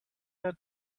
mehr